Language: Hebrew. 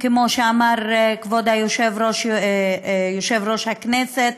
כמו שאמר כבוד יושב-ראש הכנסת,